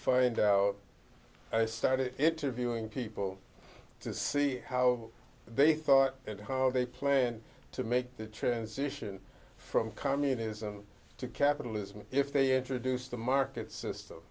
find out i started interviewing people to see how they thought and how they plan to make the transition from communism to capitalism if they introduce the market system